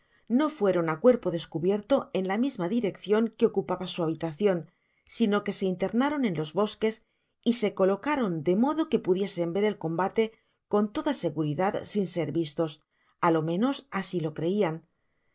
no fueron á cuerpo descubierto en la misma direccion que ocupaba su habitacion sino que se internaron en los bosques y se colocaron de modo que pudiesen ver el combate con toda seguridad sin ser vistos á lo menos asi lo creian